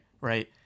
right